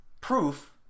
proof